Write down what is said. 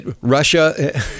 Russia